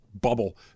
bubble